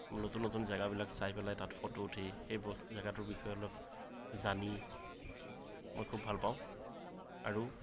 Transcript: নতুন নতুন জাগাবিলাক চাই পেলাই তাত ফটো উঠি সেই জাগাটোৰ বিষয়ে অলপ জানি মই খুব ভাল পাওঁ আৰু